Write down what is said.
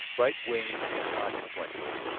bright-winged, inconsequential,